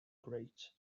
grate